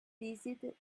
visited